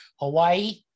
hawaii